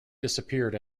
disappeared